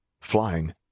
flying